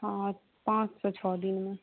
हँ पाँच सऽ छओ दिनमे